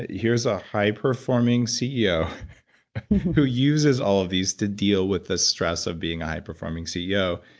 here's a high performing ceo who uses all of these to deal with the stress of being a high performing ceo,